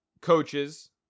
coaches